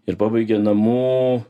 ir pabaigė namų